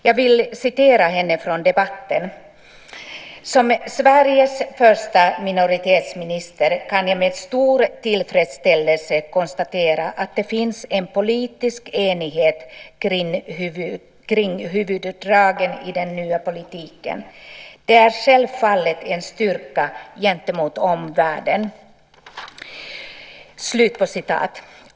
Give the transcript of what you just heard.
Jag citerar henne från debatten: "Som Sveriges första minoritetsminister kan jag med stor tillfredsställelse konstatera att det finns en bred politisk enighet kring huvuddragen i den nya politiken. Det är självfallet en styrka gentemot omvärlden."